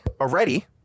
already